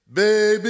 baby